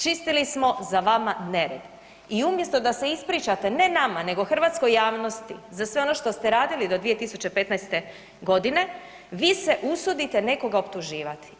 Čistili smo za vama nered i umjesto da se ispričate ne nama nego hrvatskoj javnosti za sve ono što ste radili do 2015. godine vi se usudite nekoga optuživati.